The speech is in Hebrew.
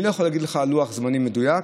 אני לא יכול להגיד לך לוח זמנים מדויק.